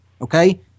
Okay